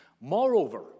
Moreover